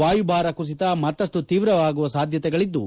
ವಾಯುಭಾರ ಕುಸಿತ ಮತ್ತಷ್ಟು ತೀವ್ರವಾಗುವ ಸಾಧ್ಯತೆಗಳದ್ದು